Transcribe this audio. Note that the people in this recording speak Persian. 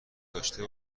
داشته